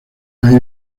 hay